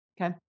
Okay